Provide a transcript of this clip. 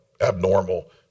abnormal